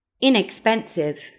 Inexpensive